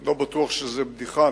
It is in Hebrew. לא בטוח שזו בדיחה,